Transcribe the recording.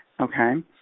Okay